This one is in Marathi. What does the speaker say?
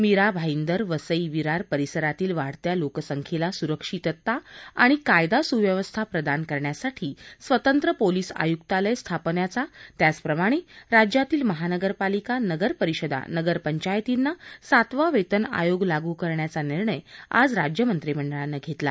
मिरा भाईदर वसई विरार परिसरातील वाढत्या लोकसंख्येला सुरक्षितता आणि कायदा सुव्यवस्था प्रदान करण्यासाठी स्वतंत्र पोलीस आयुक्तालय स्थापन्याचा त्याचप्रमाणे राज्यातील महानगरपालिका नगरपरिषदा नगरपंचायतींना सातवा वेतन आयोग लागू करण्याचा निर्णय आज राज्यमंत्रिमंडळानं घेतला